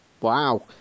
Wow